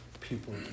people